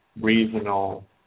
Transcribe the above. reasonable